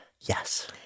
Yes